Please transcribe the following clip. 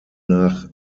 nach